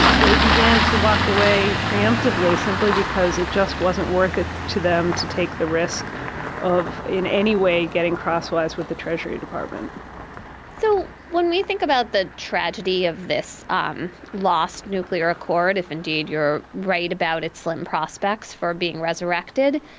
and they began to walk away preemptively, simply because it just wasn't worth it to them to take the risk of in any way getting crosswise with the treasury department so when we think about the tragedy of this um lost nuclear accord, if indeed you're right about its slim prospects for being resurrected,